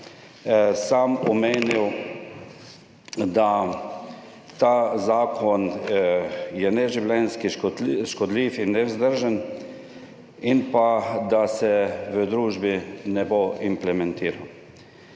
sam omenil, da je ta zakon neživljenjski, škodljiv in nevzdržen in da se v družbi ne bo implementiral.